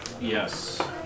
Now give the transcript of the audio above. Yes